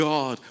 God